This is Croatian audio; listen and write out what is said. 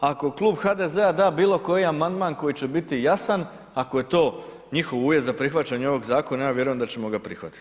Ako klub HDZ-a da bilo koji amandman koji će biti jasan, ako je to njihov uvjet za prihvaćanje ovog zakona ja vjerujem da ćemo ga prihvatiti.